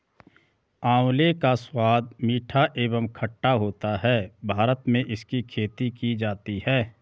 आंवले का स्वाद मीठा एवं खट्टा होता है भारत में इसकी खेती की जाती है